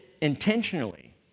intentionally